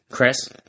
Chris